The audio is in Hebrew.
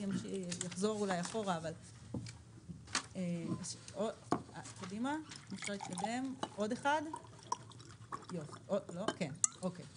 השקף